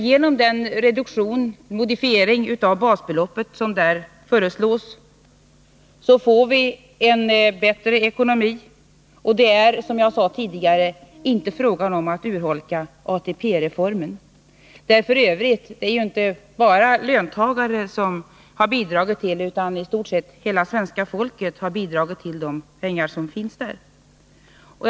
Genom den modifiering av basbeloppet som där föreslås får vi en bättre ekonomi. Det är, som jag sade tidigare, inte fråga om att urholka ATP-reformen. Det är f. ö. inte bara löntagare som har bidragit till denne, utan i stort sett hela svenska folket har bidragit till de pengar som finns i fonden.